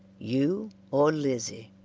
you or lizzie,